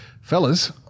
Fellas